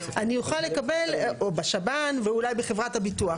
הרופא אני אוכל לקבל בשב"ן או אולי בחברת הביטוח.